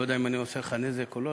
אני לא יודע אם אני עושה לך נזק או לא,